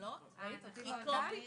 הרוקחים (תנאים לייצור ולשיווק של סיגריה